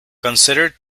consider